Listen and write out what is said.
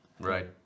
Right